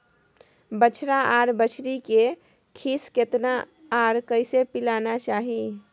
बछरा आर बछरी के खीस केतना आर कैसे पिलाना चाही?